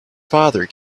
father